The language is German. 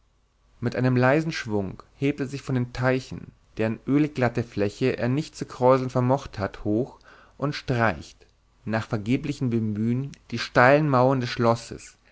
mit einem leisen schwung hebt er sich von den teichen deren ölig glatte fläche er nicht zu kräuseln vermocht hat hoch und streicht nach vergeblichem bemühn die steilen mauern des schlosses